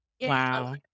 Wow